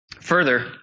Further